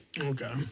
Okay